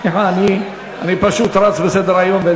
סליחה, אני פשוט רץ בסדר-היום.